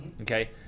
okay